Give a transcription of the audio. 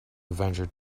adventure